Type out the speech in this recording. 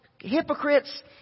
hypocrites